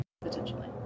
Potentially